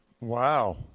wow